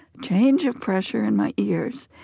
change of pressure in my ears,